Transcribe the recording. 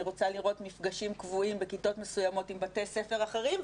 אני רוצה לראות מפגשים קבועים בכיתות מסוימות עם בתי ספר אחרים,